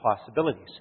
possibilities